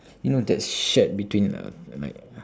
you know that's shared between uh like